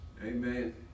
Amen